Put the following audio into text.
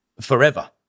forever